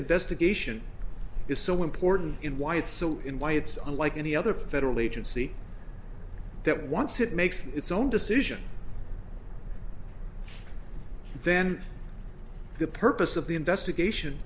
investigation is so important in why it's so in why it's unlike any other federal agency that once it makes its own decision then the purpose of the investigation